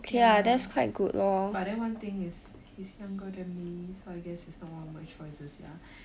ya but then one thing is he's younger than me so I guess he's not one of my choices ya